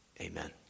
Amen